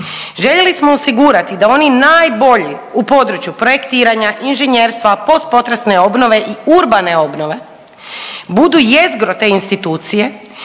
Željeli smo osigurati da oni najbolji u području projektiranja, inženjerstva, post potresne obnove i urbane obnove budu jezgro te institucije,